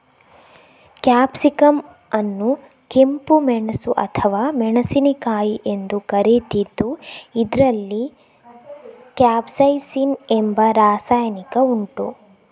capsicum ಅನ್ನು ಕೆಂಪು ಮೆಣಸು ಅಥವಾ ಮೆಣಸಿನಕಾಯಿ ಎಂದು ಕರೀತಿದ್ದು ಇದ್ರಲ್ಲಿ ಕ್ಯಾಪ್ಸೈಸಿನ್ ಎಂಬ ರಾಸಾಯನಿಕ ಉಂಟು